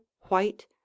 white